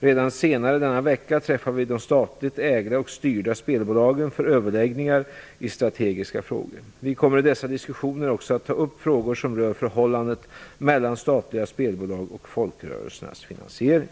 Redan senare i denna vecka träffar vi de statligt ägda och styrda spelbolagen för överläggningar i strategiska frågor. Vi kommer i dessa diskussioner också att ta upp frågor som rör förhållandet mellan statliga spelbolag och folkrörelsernas finansiering.